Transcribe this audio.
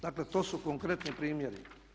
Dakle to su konkretni primjeri.